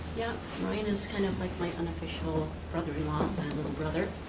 yeah, ryan is kind of like my unofficial brother-in-law, my little brother.